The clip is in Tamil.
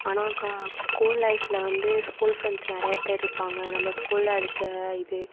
ஆனால் கா ஸ்கூல் லைஃப்பில் வந்து ஸ்கூல் ஃப்ரெண்ட்ஸ் நிறையா பேர்இருப்பாங்க நம்ம ஸ்கூலில் அடித்த இது